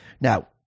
Now